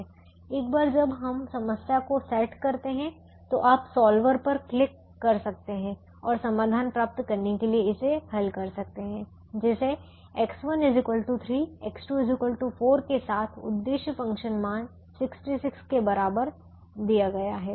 संदर्भ समय 1647 एक बार जब हम समस्या को सेट करते हैं तो आप सॉल्वर पर क्लिक कर सकते हैं और समाधान प्राप्त करने के लिए इसे हल कर सकते हैं जिसे X1 3 X2 4 के साथ उद्देश्य फ़ंक्शन मान 66 के बराबर दिया गया है